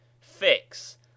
Fix